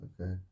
Okay